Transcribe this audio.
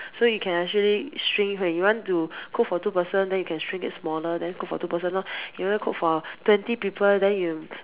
so you can actually shrink when you want to cook for two person then you can shrink it smaller then cook for two person lor you want to cook for twenty people then you